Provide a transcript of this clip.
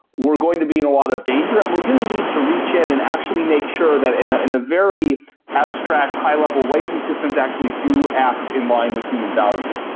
we're going to be in a lot of danger and we're going to need to reach in and actually make sure that in ah in a very abstract high-level way, these systems actually do act in-line with human values.